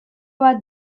bat